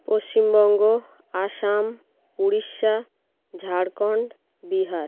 Paschimbanga Assam Orissa Jharkhand Bihar